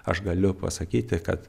aš galiu pasakyti kad